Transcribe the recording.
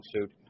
suit